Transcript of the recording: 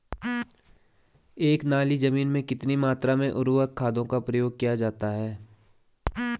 एक नाली जमीन में कितनी मात्रा में उर्वरक खादों का प्रयोग किया जाता है?